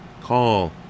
Call